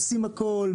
עושים הכל,